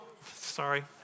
sorry